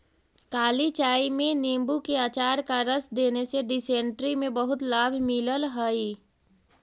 काली चाय में नींबू के अचार का रस देने से डिसेंट्री में बहुत लाभ मिलल हई